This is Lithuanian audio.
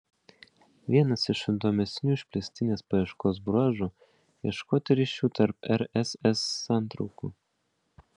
vienas iš įdomesnių išplėstinės paieškos bruožų ieškoti ryšių tarp rss santraukų